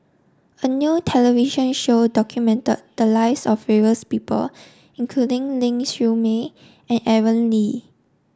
a new television show documented the lives of various people including Ling Siew May and Aaron Lee